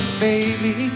baby